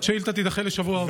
והשאילתה תידחה לשבוע הבא?